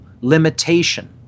limitation